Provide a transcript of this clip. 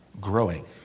growing